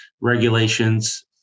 regulations